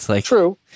True